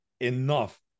enough